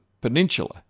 peninsula